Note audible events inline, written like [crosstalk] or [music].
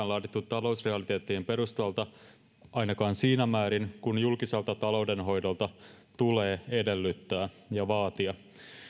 [unintelligible] laadittu talousrealiteettien perustalta ainakaan siinä määrin kuin julkiselta taloudenhoidolta tulee edellyttää ja vaatia